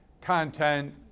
content